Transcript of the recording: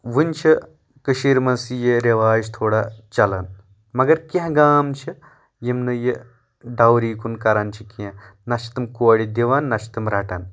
وٕنہِ چھِ کٔشیٖرِ منٛز یہِ رِواج تھوڑا چَلان مگر کینٛہہ گام چھِ یِم نہٕ یہِ ڈَورِی کُن کَران چھِ کینٛہہ نہ چھِ تِم کورِ دِوان نہ چھِ تِم رَٹان